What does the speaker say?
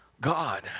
God